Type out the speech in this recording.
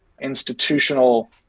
institutional